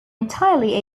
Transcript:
entirely